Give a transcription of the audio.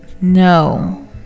No